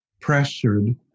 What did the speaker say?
pressured